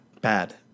bad